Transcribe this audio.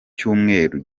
cyumweru